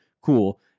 Cool